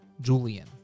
Julian